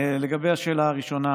לגבי השאלה הראשונה,